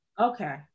Okay